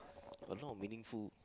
a lot of meaningful